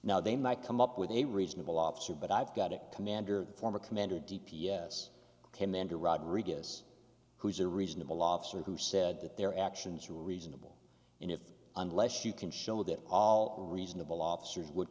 now they might come up with a reasonable officer but i've got a commander former commander d p s commander rodrigues who's a reasonable officer who said that their actions are reasonable and if unless you can show that all reasonable officers would